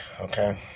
Okay